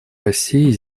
россией